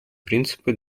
принципы